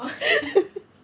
oh